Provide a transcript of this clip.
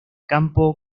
campo